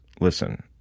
Listen